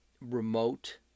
remote